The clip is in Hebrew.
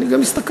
אני גם הסתכלתי,